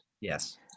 Yes